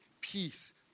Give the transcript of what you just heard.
peace